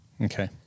Okay